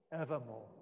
evermore